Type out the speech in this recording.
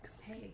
Hey